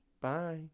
Bye